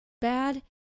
bad